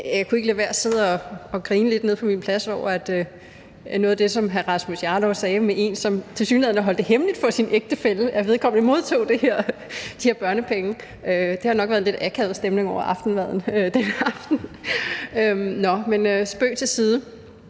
Jeg kunne ikke lade være med at sidde og grine lidt nede på min plads over noget af det, som hr. Rasmus Jarlov sagde, og det var det med, at en, som tilsyneladende holdt det hemmeligt for sin ægtefælle, modtog de her børnepenge. Der har nok været en lidt akavet stemning over aftensmaden den aften. Nå, men spøg til side!